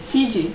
C_J